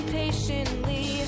patiently